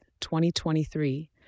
2023